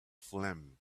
phlegm